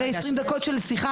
אחרי 20 דקות של שיחה,